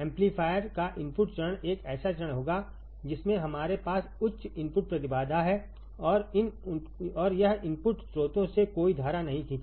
amplifier का input चरण एक ऐसा चरण होगा जिसमें हमारे पास उच्च इनपुट प्रतिबाधा है और यह इनपुट स्रोतों से कोई धारा नहीं खींचेगा